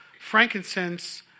Frankincense